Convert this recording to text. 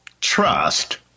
trust